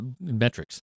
metrics